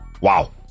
Wow